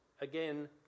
again